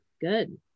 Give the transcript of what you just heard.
good